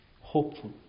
hopeful